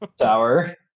tower